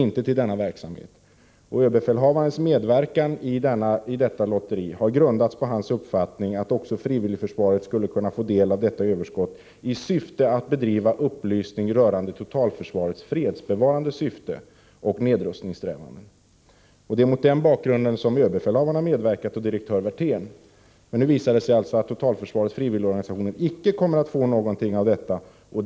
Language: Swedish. Överbefälhavarens medverkan i fredslotteriet har grundats på hans uppfattning att också frivilligförsvaret skulle kunna få del av överskottet, i syfte att bedriva upplysning rörande totalförsvarets fredsbevarande syfte och nedrustningssträvanden. Det är mot denna bakgrund som överbefälhavaren, och direktör Werthén, har medverkat. Men nu visar det sig alltså att totalförsvarets frivilligorganisationer icke kommer att få någonting av överskottet.